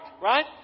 right